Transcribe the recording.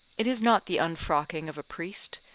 it is not the unfrocking of a priest,